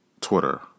Twitter